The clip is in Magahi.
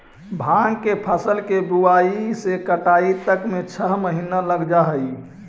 भाँग के फसल के बुआई से कटाई तक में छः महीना लग जा हइ